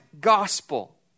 gospel